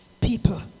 people